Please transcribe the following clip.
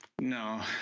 No